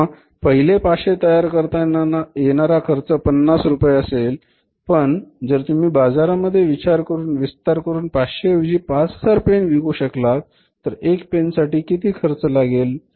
किंवा पहिले पाचशे तयार करताना येणारा खर्च पन्नास रुपये असेल पण जर तुम्ही बाजारामध्ये विचार करून विस्तार करून 500 ऐवजी 5000 पेन विकू शकला तर एका पेन साठी किती खर्च लागेल